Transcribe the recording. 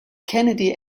kennedy